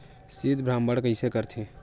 शीत भंडारण कइसे करथे?